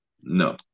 No